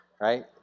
right